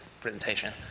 presentation